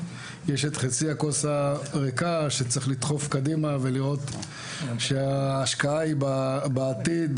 יש את חצי הכוס הריקה: צריך לדחוף קדימה ולראות שההשקעה היא בעתיד.